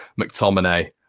McTominay